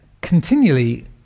continually